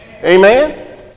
Amen